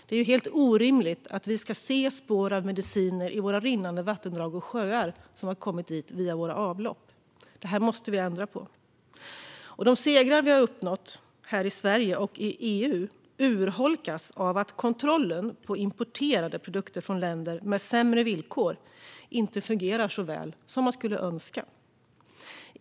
Det är helt orimligt att vi ska se spår av mediciner i våra rinnande vattendrag och sjöar - spår som har kommit dit via våra avlopp. Detta måste vi ändra på. De segrar vi har uppnått här i Sverige och i EU urholkas av att kontrollen av importerade produkter från länder med sämre villkor inte fungerar så väl som man skulle önska.